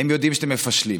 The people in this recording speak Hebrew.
הם יודעים שאתם מפשלים.